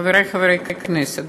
חברי חברי הכנסת,